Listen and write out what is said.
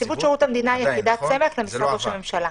נציבות שירות המדינה היא יחידת סמך למשרד ראש הממשלה.